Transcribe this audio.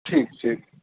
ٹھیک ٹھیک